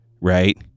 Right